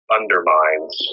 undermines